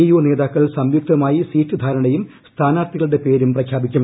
D U നേതാക്കൾ സംയുക്തമായി seat ധാരണയും സ്ഥാനാർത്ഥികളുടെ പേരും പ്രഖ്യാപിക്കും